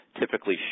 typically